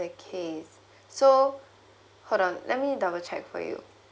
the case so hold on let me double check for you